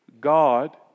God